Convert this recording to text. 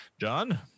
John